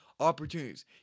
opportunities